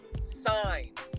signs